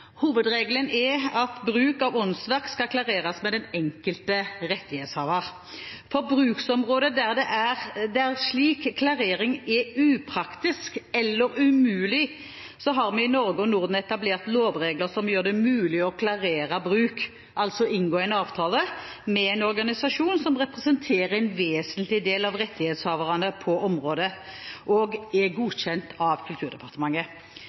Hovedregelen er at bruk av åndsverk skal klareres med den enkelte rettighetshaver. For bruksområder der en slik klarering er upraktisk eller umulig, har vi i Norge og Norden etablert lovregler som gjør det mulig å klarere bruk – altså inngå en avtale – med en organisasjon som representerer en vesentlig del av rettighetshaverne på området og er godkjent av Kulturdepartementet.